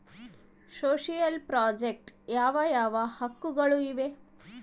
Social project ಯಾವ ಯಾವ ಹಕ್ಕುಗಳು ಇವೆ?